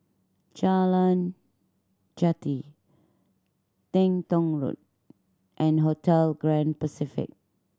Jalan Jati Teng Tong Road and Hotel Grand Pacific